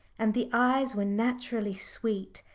and the eyes were naturally sweet,